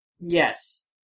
yes